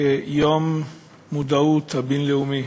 יום המודעות הבין-לאומי.